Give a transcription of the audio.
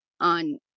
on